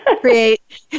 create